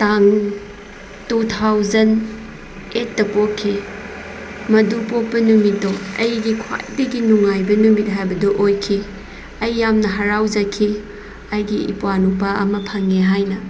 ꯇꯥꯡ two thousand ꯑꯩꯠꯇ ꯄꯣꯛꯈꯤ ꯃꯗꯨ ꯄꯣꯛꯄ ꯅꯨꯃꯤꯠꯇꯣ ꯑꯩꯒꯤ ꯈ꯭ꯋꯥꯏꯗꯒꯤ ꯅꯨꯡꯉꯥꯏꯕ ꯅꯨꯃꯤꯠ ꯍꯥꯏꯕꯗꯨ ꯑꯣꯏꯈꯤ ꯑꯩ ꯌꯥꯝꯅ ꯍꯔꯥꯎꯖꯈꯤ ꯑꯩꯒꯤ ꯏꯄ꯭ꯋꯥ ꯅꯨꯄꯥ ꯑꯃ ꯐꯪꯉꯦ ꯍꯥꯏꯅ